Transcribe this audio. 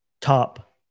top